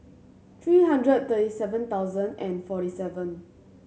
three hundred and thirty seven thousand and forty seven